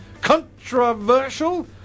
controversial